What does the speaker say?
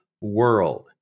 world